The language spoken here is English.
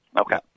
Okay